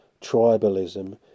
tribalism